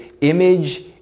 image